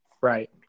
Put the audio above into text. Right